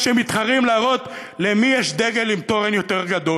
שמתחרים להראות למי יש דגל עם תורן יותר גדול.